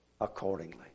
accordingly